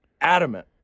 adamant